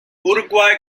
uruguay